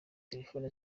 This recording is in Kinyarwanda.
telefone